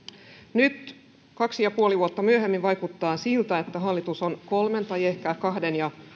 nyt kaksi ja puoli vuotta myöhemmin vaikuttaa siltä että hallitus on kolmen tai ehkä kahden ja